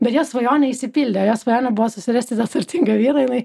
bet jos svajonė išsipildė jos svajonė buvo susirasti tą turtingą vyrą jinai